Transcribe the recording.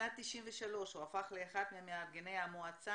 בשנת 1993 הוא הפך לאחד ממארגני המועצה